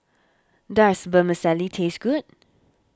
does Vermicelli taste good